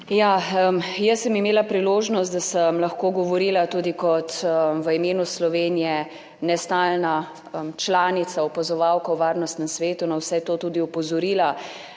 Jaz sem imela priložnost, da sem lahko govorila v imenu Slovenije tudi kot nestalna članica, opazovalka v Varnostnem svetu, na vse to tudi opozorila.